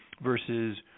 versus